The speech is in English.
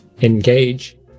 engage